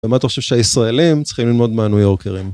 ומה אתה חושב שהישראלים צריכים ללמוד מהנויורקרים?